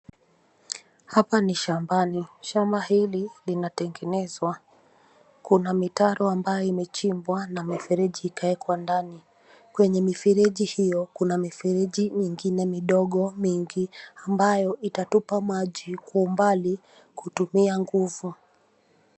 Hapa ni shambani, shamba hili linatengenezwa. Kuna mitaro ambayo imechimbwa na mifereji ikawekwa ndani. Kwenye mifereji hiyo kuna mifereji mingine midogo mingi ambayo itatupa maji kwa umbali kutumia nguvu.